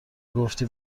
گفتی